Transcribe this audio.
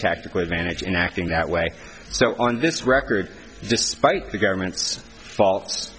tactical advantage in acting that way so on this record despite the government's fault